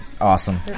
Awesome